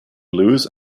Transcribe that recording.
lewis